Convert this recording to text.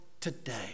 today